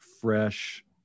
fresh